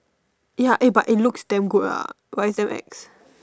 ya eh but it looks damn good lah but it's damn ex